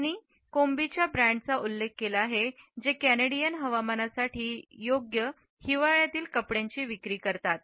त्यांनी कोम्बीच्या ब्रँडचा उल्लेख केला आहे जे कॅनेडियन हवामानासाठी योग्य हिवाळ्यातील कपड्यांची विक्री करतात करतात